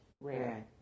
rare